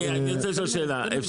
זאת העבודה שלכם.